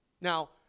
now